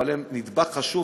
אבל הם נדבך חשוב,